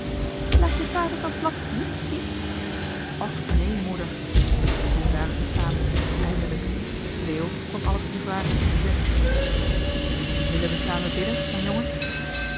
laat je vader dat blad niet zien och néé moeder nu waren zij samen eindelijk leo kon alles nu vragen en zeggen willen we samen bidden mijn jongen